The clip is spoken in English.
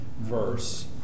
verse